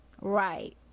right